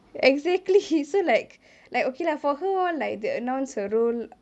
exactly so like like okay lah for her all like announce her role